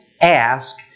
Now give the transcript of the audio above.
ask